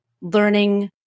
learning